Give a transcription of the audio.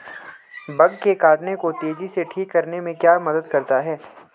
Bug के काटने को तेजी से ठीक करने में क्या मदद करता है?